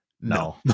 no